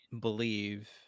believe